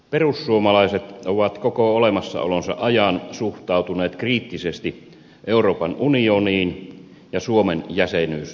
perussuomalaiset ovat koko olemassaolonsa ajan suhtautuneet kriittisesti euroopan unioniin ja suomen jäsenyyteen siinä